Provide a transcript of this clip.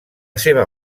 seva